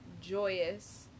joyous